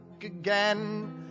again